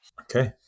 okay